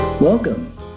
Welcome